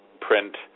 print